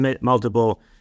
multiple